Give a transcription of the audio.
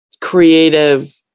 creative